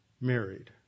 married